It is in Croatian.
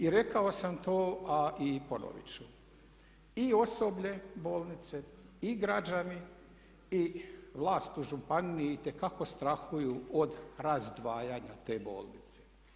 I rekao sam to, a i ponovit ću i osoblje bolnice i građani i vlast u županiji itekako strahuju od razdvajanja te bolnice.